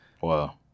Wow